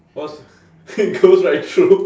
cause he goes right through